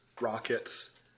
rockets